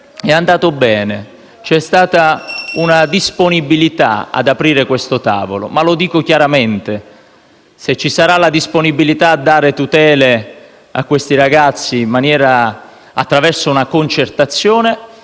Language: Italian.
è andato bene: c'è stata una disponibilità ad aprire il tavolo. Lo dico chiaramente: se ci sarà la disponibilità a dare tutele a questi ragazzi attraverso una concertazione,